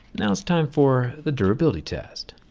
now it's time for the durability test.